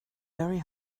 very